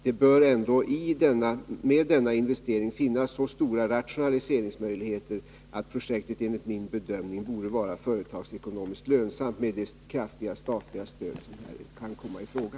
Med denna investering bör det ändå finnas så stora rationaliseringsmöjligheter att projektet, enligt min bedömning, borde vara företagsekonomiskt lönsamt med det kraftiga statliga stöd som här kan komma i fråga.